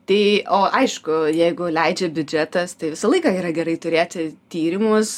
tai o aišku jeigu leidžia biudžetas tai visą laiką yra gerai turėti tyrimus